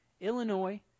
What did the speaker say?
Illinois